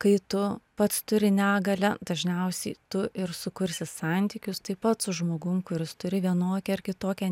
kai tu pats turi negalią dažniausiai tu ir sukursi santykius taip pat su žmogum kuris turi vienokią ar kitokią